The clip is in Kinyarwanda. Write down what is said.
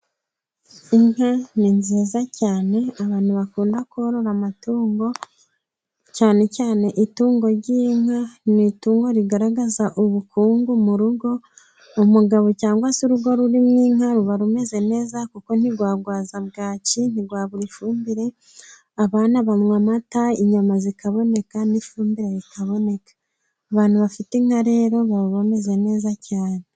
Inka ni nziza cyane, abantu bakunda korora amatungo cyane cyane itungo ry'inka ni itungo rigaragaza ubukungu mu rugo umugabo cyangwa se urugo ruririmo inka ruba rumeze neza kuko ntirwagwaza bwaki, ntirwabura ifumbire, abana banywa amata, inyama zikaboneka n'ifumbire rikaboboneka. Abantu bafite inka rero baba bameze neza cyane.